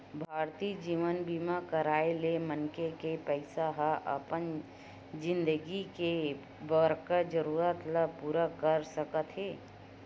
भारतीय जीवन बीमा कराय ले मनखे के पइसा ह अपन जिनगी के बड़का जरूरत ल पूरा कर सकत हे